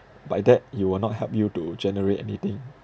by that it will not help you to generate anything